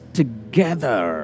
together